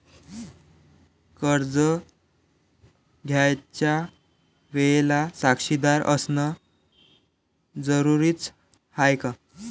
कर्ज घ्यायच्या वेळेले साक्षीदार असनं जरुरीच हाय का?